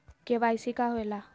KYC का होवेला?